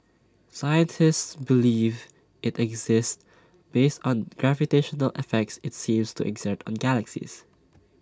scientists believe IT exists based on gravitational effects IT seems to exert on galaxies